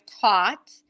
taught